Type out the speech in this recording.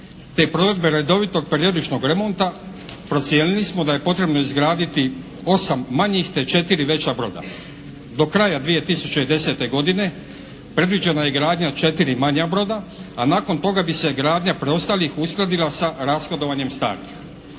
te provedbe redovitog periodičnog remonta procijenili smo da je potrebno izgraditi osam manjih te četiri veća broda. Do kraja 2010. godine predviđena je gradnja četiri manja broda, a nakon toga bi se gradnja preostalih uskladila sa rashodovanjem starih.